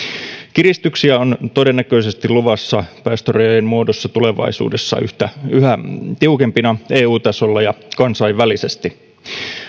kiristyksiä on todennäköisesti luvassa päästörajojen muodossa tulevaisuudessa yhä tiukempina eu tasolla ja kansainvälisesti